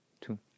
two